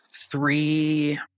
three